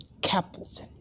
Capleton